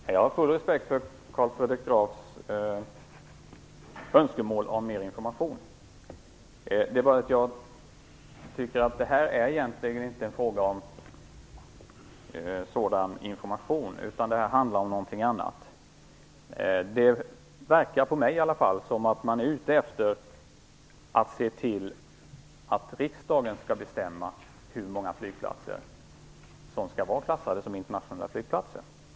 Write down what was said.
Herr talman! Jag har stor respekt för Carl Fredrik Grafs önskemål om mer information. Det är bara det att jag tycker att det egentligen inte är en fråga om sådan information, utan det handlar om någonting annat. Det verkar i varje fall för mig som att man är ute efter att se till att riksdagen skall bestämma hur många flygplatser som skall vara klassade som internationella flygplatser.